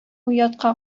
оятка